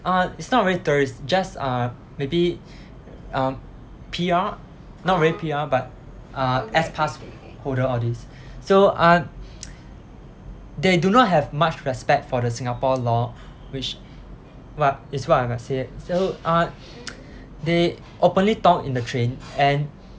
uh it's not really tourist just uh maybe uh P_R not really P_R but uh S pass holder all these so uh they do not have much respect for the singapore law which what is what I must say so uh they openly talk in the train and